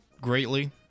greatly